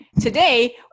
Today